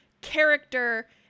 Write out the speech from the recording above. character